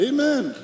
Amen